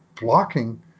blocking